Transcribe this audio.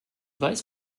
weiß